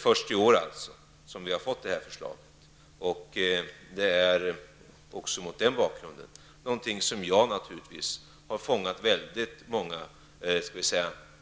För detta förslag har jag fått väldigt många